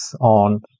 on